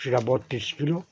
সেটা বত্রিশ কিলো